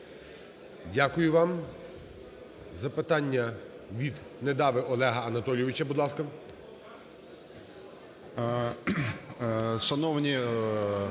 Дякую вам. Запитання від Недави Олега Анатолійовича, будь ласка.